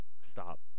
Stop